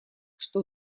что